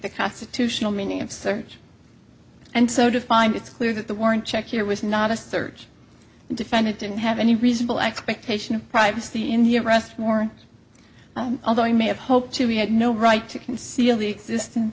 the constitutional meaning of search and so defined it's clear that the warrant check here was not a search and defendant didn't have any reasonable expectation of privacy in the arrest more although he may have hoped to be had no right to conceal the existence